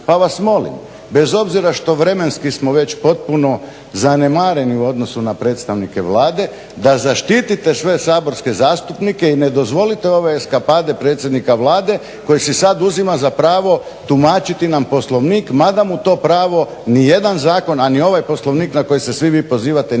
Pa vas molim bez obzira što vremenski smo već potpuno zanemareni u odnosu na predstavnike Vlade, da zaštitite sve saborske zastupnike i ne dozvolite ove eskapade predsjednika Vlade koji si sada uzima za pravo tumačiti nam Poslovnik mada mu to pravo nijedan zakon, a ni ovaj Poslovnik na koji se svi vi pozivate nije